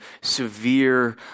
severe